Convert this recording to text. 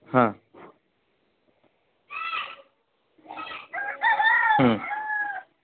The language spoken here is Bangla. হ্যাঁ হুম হুম